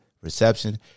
reception